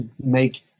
make